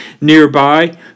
nearby